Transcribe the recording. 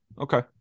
Okay